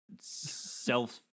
self